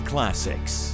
Classics